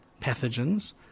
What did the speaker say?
pathogens